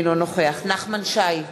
אינו נוכח נחמן שי,